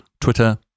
Twitter